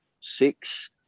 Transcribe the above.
six